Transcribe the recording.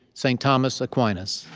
st. thomas aquinas.